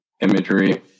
imagery